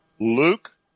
Luke